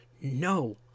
no